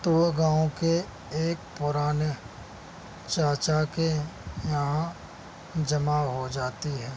تو وہ گاؤں کے ایک پرانے چاچا کے یہاں جمع ہو جاتی ہیں